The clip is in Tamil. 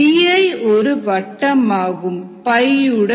Di ஒரு வட்டம் ஆகும்